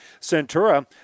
Centura